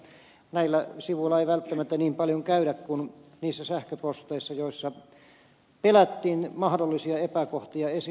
minä uskon että näillä sivuilla ei välttämättä niin paljon käydä kuin niissä sähköposteissa joissa pelättiin mahdollisia epäkohtia esille tuotiin